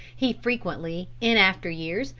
he frequently, in after-years,